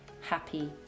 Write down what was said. happy